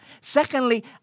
Secondly